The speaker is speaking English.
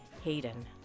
Hayden